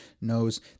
knows